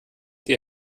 die